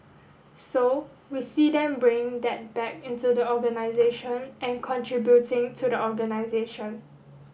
so we see them bringing that back into the organisation and contributing to the organisation